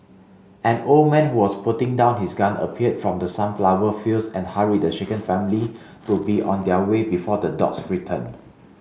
an old man who was putting down his gun appeared from the sunflower fields and hurried the shaken family to be on their way before the dogs return